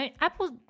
Apple